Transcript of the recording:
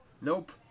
Nope